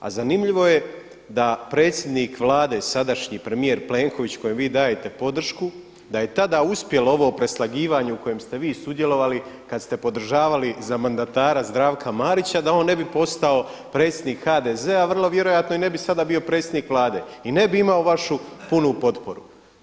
A zanimljivo je da predsjednik Vlade, sadašnji premijer Plenković kojem vi dajete podršku, da je tada uspjelo ovo preslagivanje u kojem ste vi sudjelovali kada ste podržavali za mandatara Zdravka Marića da on ne bi postao predsjednik HDZ-a, vrlo vjerojatno i ne bi sada bio predsjednik Vlade i ne bi imao vašu punu potporu.